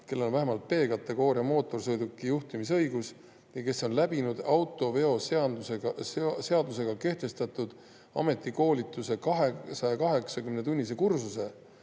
kellel on vähemalt B-kategooria mootorsõiduki juhtimisõigus ja kes on läbinud autoveoseadusega kehtestatud ametikoolituse 280‑tunnise kursuse